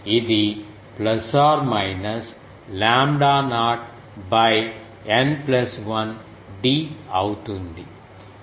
ఇది lambda naught N 1 d అవుతుంది